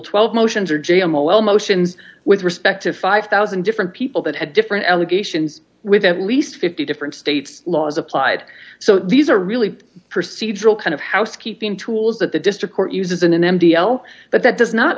twelve motions or j m a well motions with respect to five thousand different people that had different allegations with at least fifty different states laws applied so these are really procedural kind of housekeeping tools that the district court uses an m d l but that does not